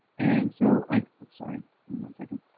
and so, i'm sorry one second.